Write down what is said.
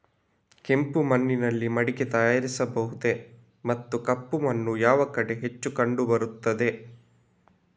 ಕೆಂಪು ಮಣ್ಣಿನಲ್ಲಿ ಮಡಿಕೆ ತಯಾರಿಸಬಹುದೇ ಮತ್ತು ಕಪ್ಪು ಮಣ್ಣು ಯಾವ ಕಡೆ ಹೆಚ್ಚು ಕಂಡುಬರುತ್ತದೆ?